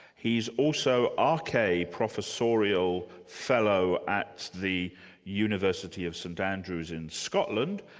he's also r. k. professorial fellow at the university of st andrews in scotland,